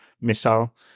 missile